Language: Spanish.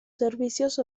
servicios